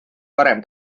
varem